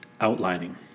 outlining